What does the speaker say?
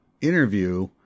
interview